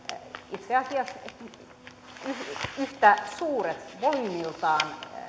itse asiassa yhtä suuret volyymiltaan